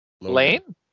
lane